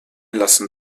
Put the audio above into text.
lassen